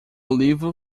livro